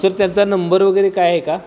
sir त्याचा number वगैरे काय आहे का